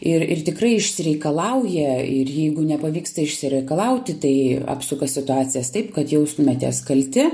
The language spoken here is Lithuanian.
ir ir tikrai išsireikalauja ir jeigu nepavyksta išsireikalauti tai apsuka situacijas taip kad jaustumėtės kalti